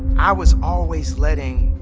i was always letting